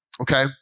Okay